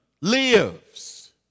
lives